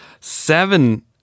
Seven